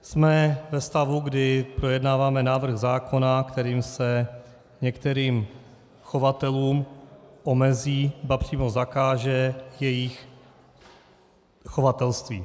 Jsme ve stavu, kdy projednáváme návrh zákona, kterým se některým chovatelům omezí, ba přímo zakáže jejich chovatelství.